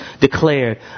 declared